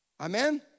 Amen